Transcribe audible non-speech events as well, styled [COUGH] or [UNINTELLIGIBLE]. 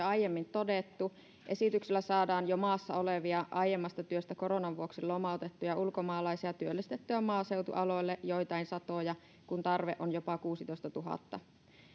[UNINTELLIGIBLE] aiemmin todettu esityksellä saadaan jo maassa olevia aiemmasta työstä koronan vuoksi lomautettuja ulkomaalaisia työllistettyä maaseutualoille joitain satoja kun tarve on jopa kuusitoistatuhatta